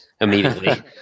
immediately